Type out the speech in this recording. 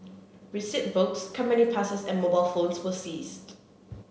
receipt books company passes and mobile phones were seized